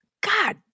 God